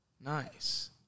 nice